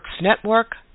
Network